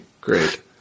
Great